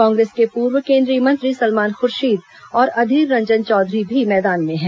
कांग्रेस के पूर्व केन्द्रीय मंत्री सलमान खुर्शीद और अधीर रंजन चौधरी भी मैदान में हैं